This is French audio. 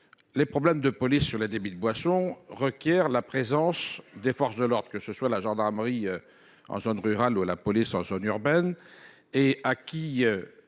les problèmes de police sur les débits de boisson requiert la présence des forces de l'ordre que ce soit la gendarmerie en zone rurale, la police en zone urbaine et à qui